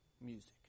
music